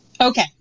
Okay